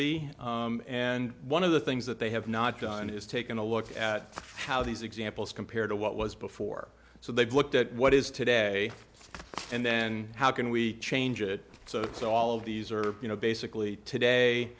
be and one of the things that they have not done is taken a look at how these examples compared to what was before so they've looked at what is today and then how can we change it so it's all of these are you know basically today